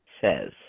says